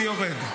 אני יורד.